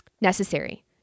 necessary